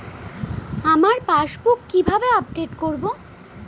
আমার পাসবুক কিভাবে আপডেট করবো?